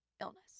illness